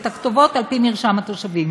את הכתובות על-פי מרשם התושבים,